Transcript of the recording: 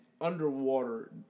underwater